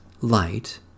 light